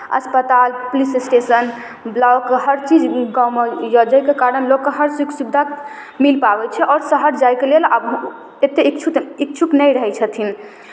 अस्पताल police station block हर चीज गाममे यए जाहिके कारण लोककेँ हर सुख सुविधा मिल पाबै छै आओर शहर जायके लेल एतेक इच्छुक इच्छुक नहि रहैत छथिन